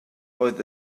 oedd